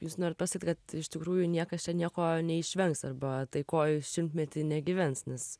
jūs norit pasakyt kad iš tikrųjų niekas čia nieko neišvengs arba taikoj šimtmetį negyvens nes